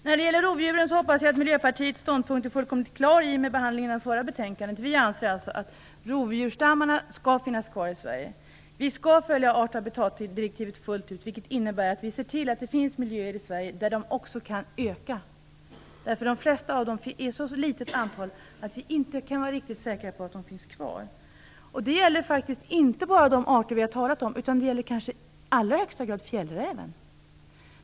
När det gäller rovdjuren hoppas jag att Miljöpartiets ståndpunkt är fullkomligt klar i och med behandlingen av det förra betänkandet. Vi anser alltså att rovdjursstammarna skall finnas kvar i Sverige. Vi skall följa art och habitatdirektivet fullt ut, vilket innebär att man måste se till att det finns miljöer i Sverige där dessa arter också kan få öka i antal. De flesta finns i så litet antal att vi inte kan vara riktigt säkra på att de kommer att finnas kvar. Detta gäller inte bara de arter vi har talat om, utan även i allra högsta grad fjällräven.